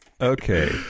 Okay